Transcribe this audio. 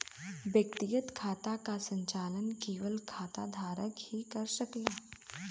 व्यक्तिगत खाता क संचालन केवल खाता धारक ही कर सकला